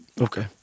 Okay